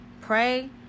pray